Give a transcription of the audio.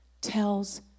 tells